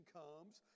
comes